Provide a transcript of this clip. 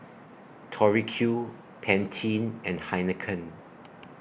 Tori Q Pantene and Heinekein